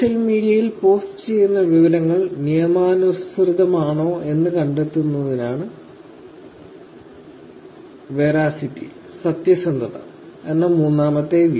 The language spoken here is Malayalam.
സോഷ്യൽ മീഡിയയിൽ പോസ്റ്റ് ചെയ്യുന്ന വിവരങ്ങൾ നിയമാനുസൃതമാണോ എന്ന് കണ്ടെത്തുന്നതിനാണ് വെറസിറ്റി സത്യസന്ധത എന്ന മൂന്നാമത്തെ വി